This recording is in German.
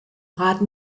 rat